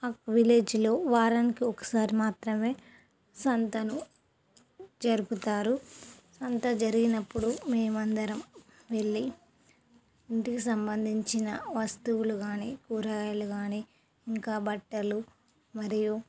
మాకు విలేజ్లో వారానికి ఒకసారి మాత్రమే సంతను జరుపుతారు సంత జరిగినప్పుడు మేమందరం వెళ్ళి ఇంటికి సంబంధించిన వస్తువులు కానీ కూరగాయలు కానీ ఇంకా బట్టలు మరియు